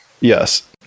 yes